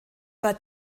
war